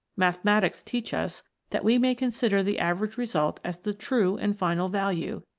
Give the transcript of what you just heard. mathematics teach us that we may consider the average result as the true and final value,